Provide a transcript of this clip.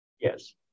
yes